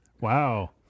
wow